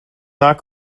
not